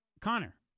Connor